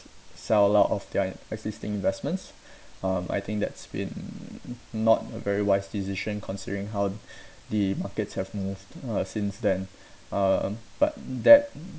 sell a lot of their existing investments um I think that's been not a very wise decision considering how the markets have moved uh since then um but that